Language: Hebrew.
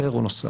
אחר או נוסף.